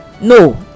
No